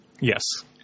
Yes